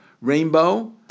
Rainbow